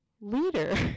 leader